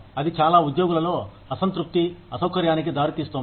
అది చాలా ఉద్యోగులలో అసంతృప్తి అసౌకర్యానికి దారితీస్తోంది